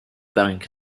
bank